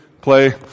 Play